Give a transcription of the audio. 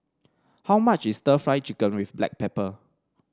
how much is stir Fry Chicken with Black Pepper